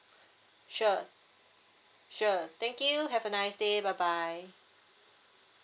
sure sure thank you have a nice day bye bye